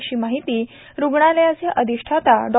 अशी माहिती रुग्णालयाचे अधिष्ठाता डॉ